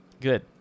Good